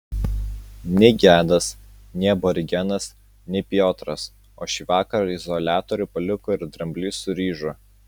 nei gedas nei aborigenas nei piotras o šį vakarą izoliatorių paliko ir dramblys su ryžu